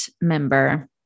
member